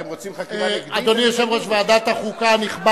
אתם רוצים חקירה נגדית?